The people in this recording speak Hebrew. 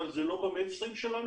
אבל היא לא במיינסטרים שלנו.